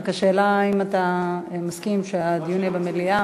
רק השאלה אם אתה מסכים שהדיון יהיה במליאה.